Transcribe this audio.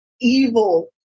evil